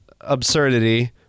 absurdity